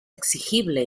exigible